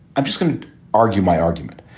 i'm just going argue my argument.